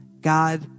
God